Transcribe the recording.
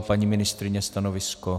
Paní ministryně, stanovisko?